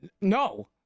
no